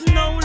no